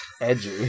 edgy